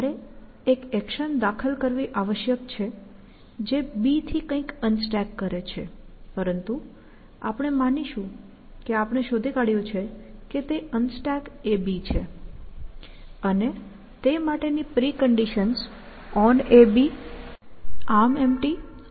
મારે એક એક્શન દાખલ કરવી આવશ્યક છે જે B થી કંઇક અનસ્ટેક કરે છે પરંતુ આપણે માનીશું કે આપણે શોધી કાઢ્યું છે કે તે UnstackAB છે અને તે માટેની પ્રિકન્ડિશન્સ onAB ArmEmpty અને Clear છે